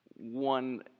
one